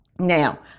Now